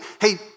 hey